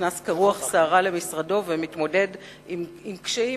שנכנס כרוח סערה למשרדו ומתמודד עם קשיים